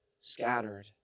scattered